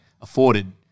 afforded